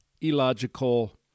illogical